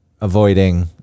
avoiding